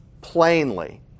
plainly